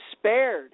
spared